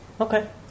okay